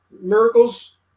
miracles